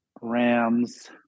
Rams